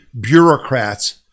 bureaucrats